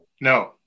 No